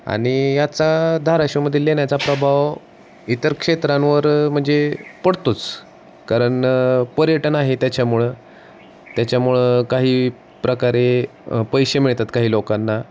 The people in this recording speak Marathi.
आणि याचा धाराशिवमध्ये लेण्याचा प्रभाव इतर क्षेत्रांवर म्हणजे पडतोच कारण पर्यटन आहे त्याच्यामुळं त्याच्यामुळं काही प्रकारे पैसे मिळतात काही लोकांना